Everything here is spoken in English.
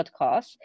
podcast